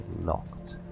locked